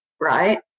right